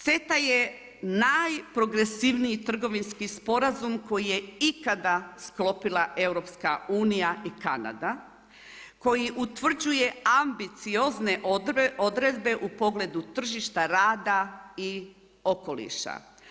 CETA je najprogresivniji trgovinski sporazum koji je ikada sklopila EU i Kanada, koji utvrđuje ambiciozne odredbe u pogledu tržišta rada i okoliša.